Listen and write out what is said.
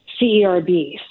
CERB